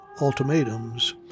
ultimatums